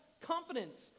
confidence